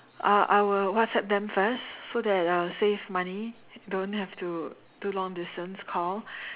I I will WhatsApp them first so that I'll save money don't have to do long distance call